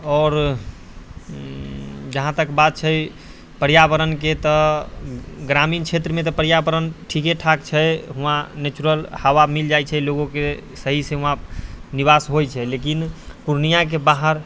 आओर जहाँ तक बात छै पर्यावरणके तऽ ग्रामीण क्षेत्रमे तऽ पर्यावरण ठीके ठाक छै वहाँ नेचुरल हवा मिलि जाइ छै लोकके सहीसँ निवास होइ छै लेकिन पूर्णियाके बाहर